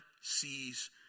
sees